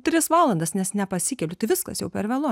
tris valandas nes nepasikeliu tai viskas jau per vėlu